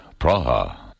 Praha